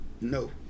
No